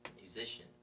musician